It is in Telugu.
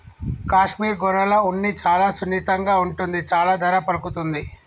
కాశ్మీర్ గొర్రెల ఉన్ని చాలా సున్నితంగా ఉంటుంది చాలా ధర పలుకుతుంది